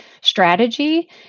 strategy